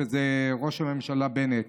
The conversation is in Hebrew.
שהוא ראש הממשלה בנט.